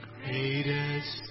Greatest